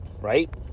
Right